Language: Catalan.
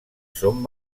són